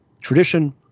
tradition